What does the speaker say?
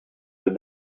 deux